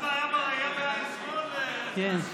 יש בעיה, כן.